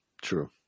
True